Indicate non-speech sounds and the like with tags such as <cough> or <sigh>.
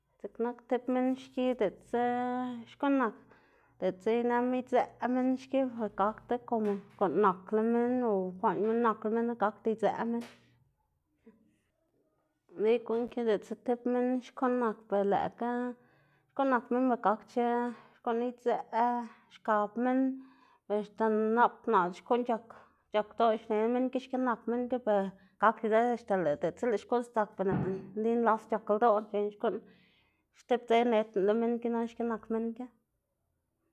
Dziꞌk nak tib minn xki diꞌltsa xkuꞌn nak, diꞌltsa ineꞌma idzëꞌ minn xki ber gakdo komo guꞌn nakla minn o kwaꞌn nakla minnu gakda idzëꞌ minn. <noise> nli guꞌn ki diꞌltsa tib minn xkuꞌn nak ber lëꞌkga xkuꞌn nak minn gakdc̲h̲a xkuꞌn idzëꞌ xkilxkab minn ber axta nap naꞌ xkuꞌn c̲h̲ak c̲h̲al ldoꞌ xne minn ki xki nak ber gakda idzëꞌ ber axta lëꞌ xkuꞌn sdzak ber lëꞌná <noise> nli nlas c̲h̲ak ldoꞌná xneꞌná xkuꞌn stib dze nnedná lo minn ki na xki nak minn ki.